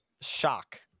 shock